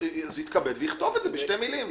שיכתוב את זה בשתי מילים.